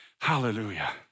Hallelujah